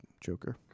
Joker